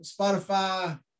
Spotify